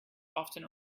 often